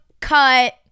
cut